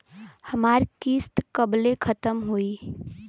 हमार किस्त कब ले खतम होई?